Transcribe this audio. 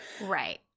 Right